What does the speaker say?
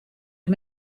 him